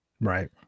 Right